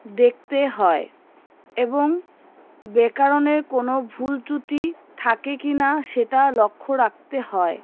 দেখতে হয় এবং ব্যাকরণের কোনো ভুল চুটি থাকে কি না সেটা লক্ষ্য রাখতে হয়